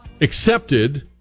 accepted